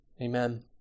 Amen